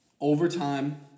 Overtime